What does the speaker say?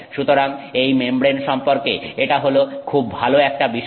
সুতরাং এই মেমব্রেন সম্পর্কে এটা হল খুব ভালো একটা বিষয়